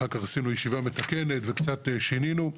אחר כך עשינו ישיבה מתקנת וקצת שינינו.